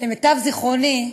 למיטב זיכרוני,